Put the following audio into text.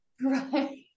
Right